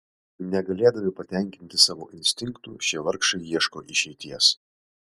negalėdami patenkinti savo instinktų šie vargšai ieško išeities